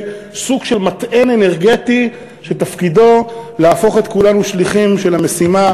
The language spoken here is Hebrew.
סוג של מטען אנרגטי שתפקידו להפוך את כולנו שליחים של המשימה,